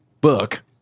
book